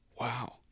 Wow